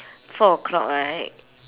four o-clock right